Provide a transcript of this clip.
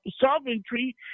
sovereignty